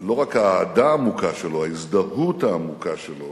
רק מהאהדה העמוקה שלו, ההזדהות העמוקה שלו